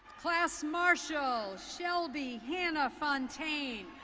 class marshall, shelby hannah fontaine,